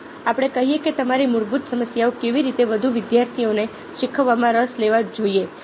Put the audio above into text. ચાલો આપણે કહીએ કે તમારી મૂળભૂત સમસ્યાઓ કેવી રીતે વધુ વિદ્યાર્થીઓને શીખવામાં રસ લેવો જોઈએ